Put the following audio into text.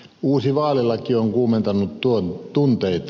uusi vaalilaki on kuumentanut tunteita